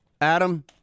Adam